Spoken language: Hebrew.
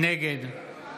נגד